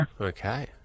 Okay